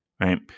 right